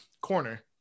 Corner